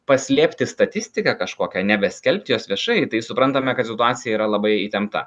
paslėpti statistiką kažkokią nebeskelbti jos viešai tai suprantame kad situacija yra labai įtempta